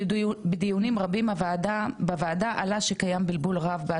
עלה שקיים בלבול רב באשר על מי חלק תקופת ההתארגנות,